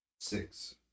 Six